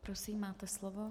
Prosím, máte slovo.